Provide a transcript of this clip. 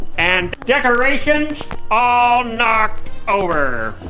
and decorations all knocked over.